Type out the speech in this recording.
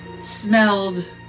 smelled